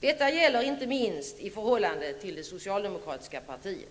Detta gäller inte minst i förhållande till det socialdemokratiska partiet.